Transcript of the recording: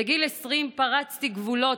בגיל 20 פרצתי גבולות,